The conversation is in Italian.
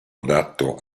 adatto